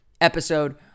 episode